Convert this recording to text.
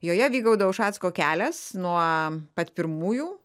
joje vygaudo ušacko kelias nuo pat pirmųjų